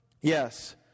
Yes